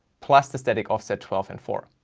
plus the static offset twelve, and four.